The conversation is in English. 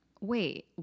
Wait